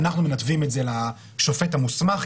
אנחנו מנתבים את זה לשופט המוסמך,